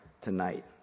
tonight